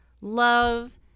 love